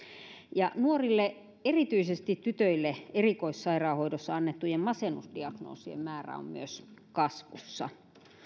myös nuorille erityisesti tytöille erikoissairaanhoidossa annettujen masennusdiagnoosien määrä on kasvussa